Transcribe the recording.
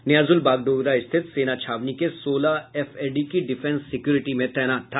नियाज़ुल बागडोगरा स्थित सेना छावनी के सोलह एफएडी की डिफेंस सिक्योरिटी में तैनात था